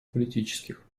политических